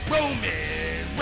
Roman